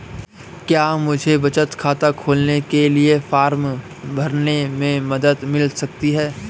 क्या मुझे बचत खाता खोलने के लिए फॉर्म भरने में मदद मिल सकती है?